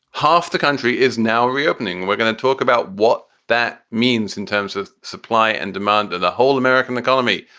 half the country is now reopening. we're going to talk about what that means in terms of supply and demand and the whole american economy.